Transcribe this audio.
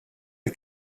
the